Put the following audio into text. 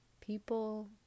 people